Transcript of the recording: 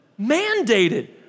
mandated